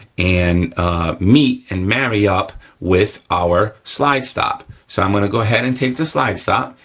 and meet and marry up with our slide stop. so, i'm gonna go ahead and take the slide stop,